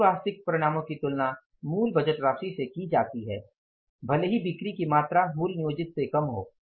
सभी वास्तविक परिणामों की तुलना मूल बजट राशि से की जाती है भले ही बिक्री की मात्रा मूल नियोजित से कम हो